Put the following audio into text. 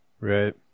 Right